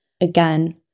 again